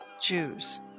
Jews